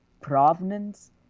provenance